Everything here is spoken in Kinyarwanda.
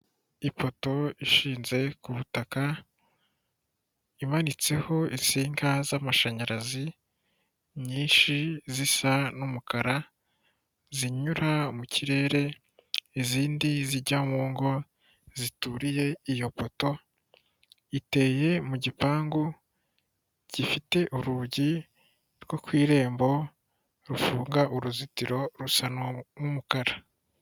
Ipoto ishinze ku butaka, imanitseho insinga z'amashanyarazi, nyinshi zisa n'umukara, zinyura mu kirere, izindi zijya mu ngo zituriye iyo poto, iteye mu gipangu gifite urugi rwo ku irembo, rufunga uruzitiro rusa n'umukara.